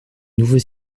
nouveaux